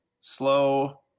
slow